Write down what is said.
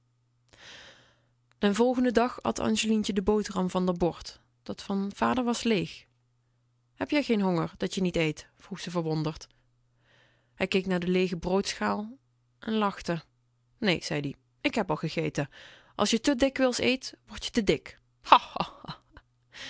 den volgenden dag at angelientje de boterham van r bord dat van vader was leeg heb jij geen honger dat je niet eet vroeg ze verwonderd hij keek naar de leege broodschaal en lachte nee zei ie ik heb al gegeten als je te dikwijls eet word je te dik